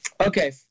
Okay